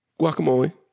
guacamole